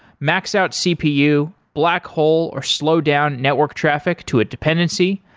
max out cpu, blackhole or slow down network traffic to a dependency.